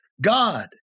God